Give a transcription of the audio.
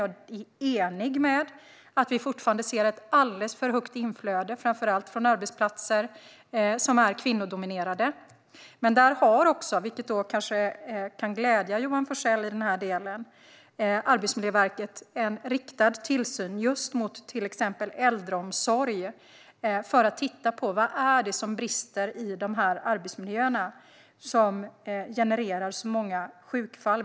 Jag är enig om att vi fortfarande ser ett alldeles för högt inflöde framför allt från kvinnodominerade arbetsplatser. Där har dock Arbetsmiljöverket, vilket kanske kan glädja Johan Forssell, en riktad tillsyn just mot till exempel äldreomsorg för att se efter vad det är som brister i de arbetsmiljöerna och som genererar så många sjukfall.